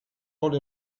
rode